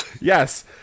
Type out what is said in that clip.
yes